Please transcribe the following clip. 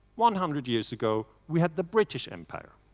one hundred years ago we had the british empire.